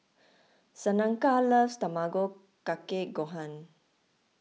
Shaneka loves Tamago Kake Gohan